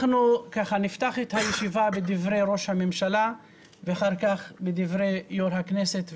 אנחנו נפתח בדברי ראש הממשלה ואחר כך בדברי יו"ר הכנסת והשר,